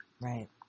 Right